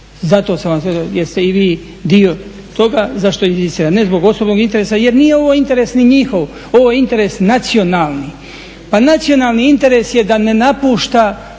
zato sam vas jer ste i vi dio toga zašto inzistiram. Ne zbog osobnog interesa jer nije ovo interes ni njihov, ovo je interes nacionalni. Pa nacionalni interes je da ne napušta